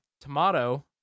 tomato